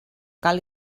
cal